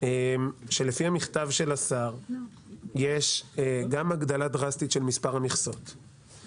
שלפי המכתב של השר יש גם הגדלה דרסטית של מספר המכסות,